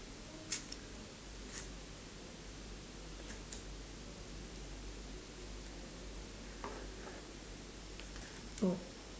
oh